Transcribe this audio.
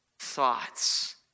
thoughts